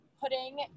putting